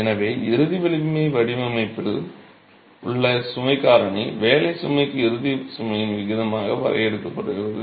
எனவே இறுதி வலிமை வடிவமைப்பில் உள்ள சுமை காரணி வேலை சுமைக்கு இறுதி சுமையின் விகிதமாக வரையறுக்கப்படுகிறது